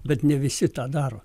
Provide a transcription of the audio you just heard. bet ne visi tą daro